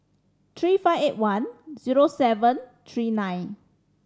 three five eight one zero seven three nine